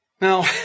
Now